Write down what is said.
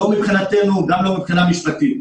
לא מבחינתו, גם לא מבחינה משפטית.